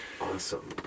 Awesome